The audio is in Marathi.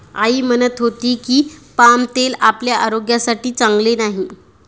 आई म्हणत होती की, पाम तेल आपल्या आरोग्यासाठी चांगले नाही